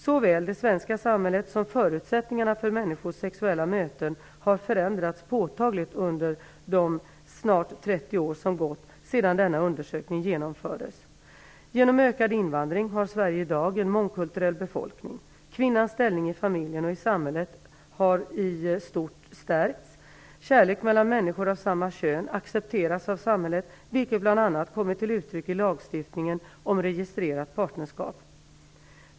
Såväl det svenska samhället som förutsättningarna för människors sexuella möten har förändrats påtagligt under de snart 30 år som gått sedan denna undersökning genomfördes. Genom ökad invandring har Sverige i dag en mångkulturell befolkning. Kvinnans ställning i familjen och i samhället i stort har stärkts. Kärlek mellan människor av samma kön accepteras av samhället, vilket bl.a. kommit till uttryck i lagstiftningen om registrerat partnerskap.